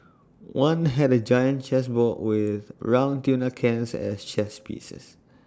one had A giant chess board with round tuna cans as chess pieces